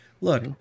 Look